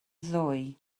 ddoe